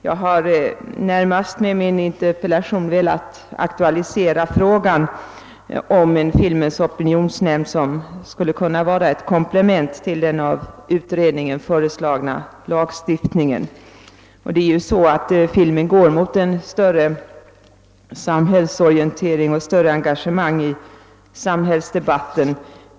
Med min interpellation har jag närmast velat aktualisera frågan om en filmens opinionsnämnd som skulle kunna vara ett komplement till den av utredningen föreslagna lagstiftningen. Filmen går mot en större samhällsorientering och ett större engagemang i samhällsdebatten.